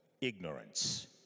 Ignorance